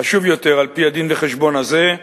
חשוב יותר, על-פי הדין-וחשבון הזה,